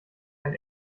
ein